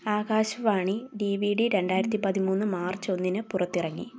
ആകാശ വാണീ D V D രണ്ടായിരത്തിപ്പതിമൂന്ന് March ഒന്നിന് പുറത്തിറങ്ങി